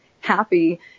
happy